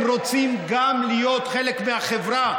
גם הם רוצים להיות חלק מהחברה.